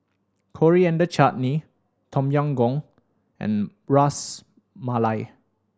Coriander Chutney Tom Yam Goong and Ras Malai